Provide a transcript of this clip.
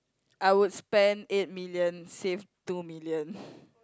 I would spend eight million save two million